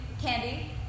candy